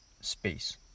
space